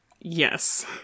Yes